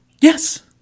Yes